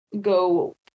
Go